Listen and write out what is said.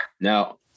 now